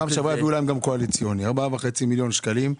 בפעם הקודמת נתנו להם 4.5 מיליון שקלים בקואליציוני.